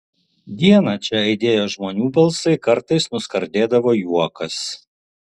dieną čia aidėjo žmonių balsai kartais nuskardėdavo juokas